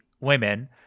women